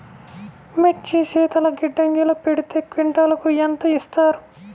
మిర్చి శీతల గిడ్డంగిలో పెడితే క్వింటాలుకు ఎంత ఇస్తారు?